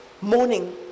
morning